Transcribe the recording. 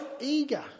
eager